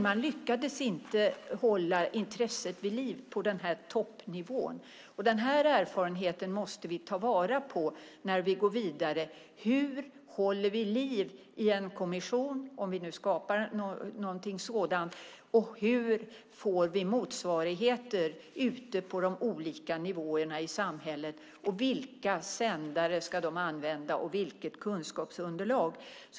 Man lyckades dock inte hålla intresset vid liv på toppnivån, och den erfarenheten måste vi ta vara på när vi går vidare. Om vi nu skapar en kommission, hur håller vi liv i den, och hur får vi motsvarigheter på olika nivåer i samhället, vilka sändare ska de använda och vilket kunskapsunderlag?